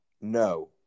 No